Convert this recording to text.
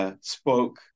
spoke